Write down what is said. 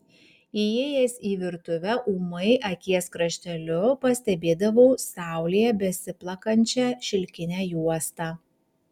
įėjęs į virtuvę ūmai akies krašteliu pastebėdavau saulėje besiplakančią šilkinę juostą